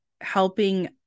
helping